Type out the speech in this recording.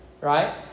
right